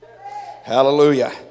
Hallelujah